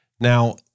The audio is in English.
Now